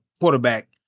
quarterback